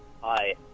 Hi